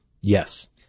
Yes